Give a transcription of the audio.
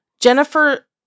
Jennifer